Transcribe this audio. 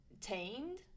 tamed